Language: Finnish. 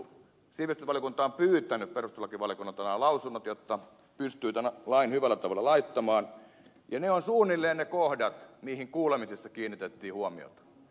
sivistysvaliokunta on pyytänyt perustuslakivaliokunnalta nämä lausunnot jotta pystyy tämän lain hyvällä tavalla laittamaan ja ne ovat suunnilleen ne kohdat joihin kuulemisessa kiinnitettiin huomiota